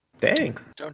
Thanks